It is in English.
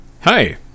Hi